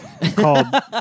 called